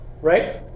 right